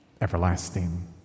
everlasting